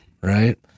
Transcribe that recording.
right